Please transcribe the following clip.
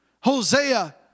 Hosea